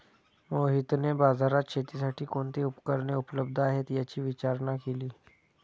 मोहितने बाजारात शेतीसाठी कोणती उपकरणे उपलब्ध आहेत, याची विचारणा केली